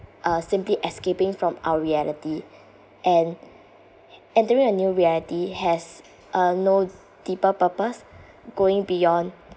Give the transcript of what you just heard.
uh simply escaping from our reality and entering a new reality has uh no deeper purpose going beyond